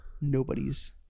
nobody's